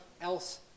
else